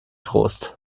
trost